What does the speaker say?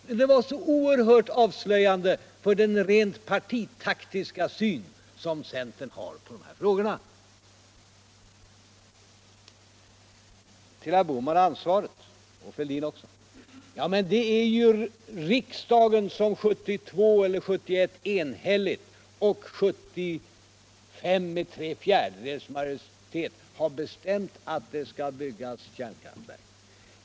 Detta var så ocrhört avslöjande för den rent partitaktiska syn som centern har på de här frågorna. Jag vill vända mig till herr Bohman och även till herr Fälldin i frågan om ansvaret. Riksdagen har ju 1971 eller 1972 enhälligt och 1975 med tre fjärdedels majoritet bestämt att det skall byggas kärnkrafiverk.